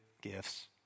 gifts